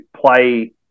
play